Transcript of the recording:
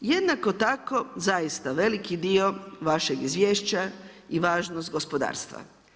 Jednako tako zaista veliki dio vašeg izvješća i važnost gospodarstva.